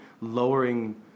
lowering